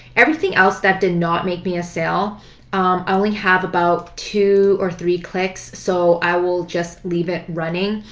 everything else that did not make me a sale, i only have about two or three clicks, so i will just leave it running.